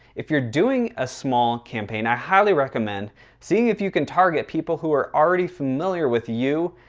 if you're doing a small campaign, i highly recommend seeing if you can target people who are already familiar with you,